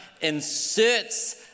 inserts